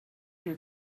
your